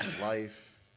life